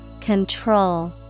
Control